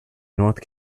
north